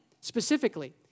specifically